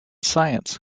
science